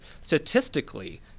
statistically